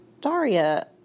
Daria